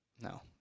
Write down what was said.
No